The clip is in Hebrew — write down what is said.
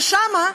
ושם,